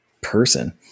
person